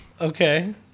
Okay